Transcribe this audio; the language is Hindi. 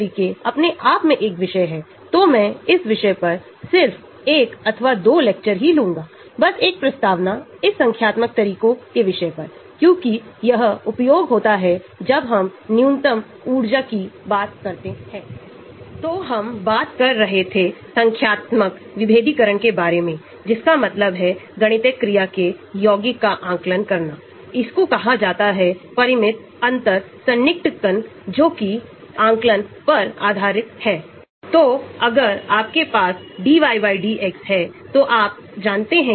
QSAR जैविक गतिविधि के बीच गणितीय संबंध के अलावा कुछ भी नहीं है और यह प्रायोगिक डेटा है अथवा हम इसे आणविक प्रणाली और इसके ज्यामितीय भौतिक इलेक्ट्रॉनिक और रासायनिक गुणों के साहित्य से एकत्र कर सकते हैं